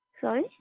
Sorry